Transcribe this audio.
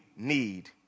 need